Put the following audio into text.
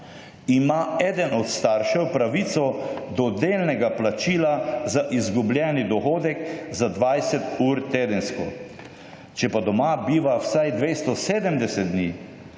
ima eden od staršev pravico do delnega plačila za izgubljeni dohodek za 20 ur tedensko. Če pa doma biva vsaj 270 dni,